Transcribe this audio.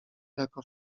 jako